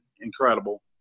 incredible